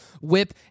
whip